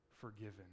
forgiven